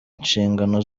inshingano